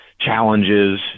challenges